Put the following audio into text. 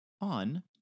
on